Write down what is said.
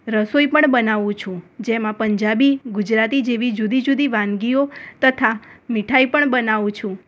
રસોઈ પણ બનાવું છું જેમાં પંજાબી ગુજરાતી જેવી જુદી જુદી વાનગીઓ તથા મીઠાઈ પણ બનાવું છું